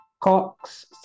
COX